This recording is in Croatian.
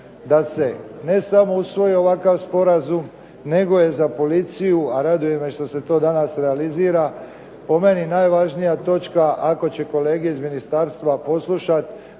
da se ne samo usvoji ovakav sporazum, nego je za policiju, a raduje me što se to danas realizira po meni najvažnija točka ako će kolege iz ministarstva poslušati